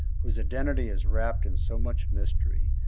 whose identity is wrapped in so much mystery,